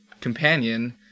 companion